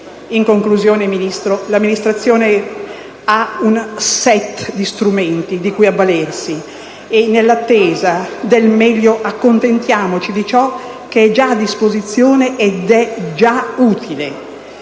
In conclusione, signor Ministro, l'amministrazione dispone di un *set* di strumenti di cui avvalersi; nell'attesa del meglio, accontentiamoci di ciò che è già a disposizione ed è già utile: